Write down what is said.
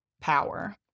power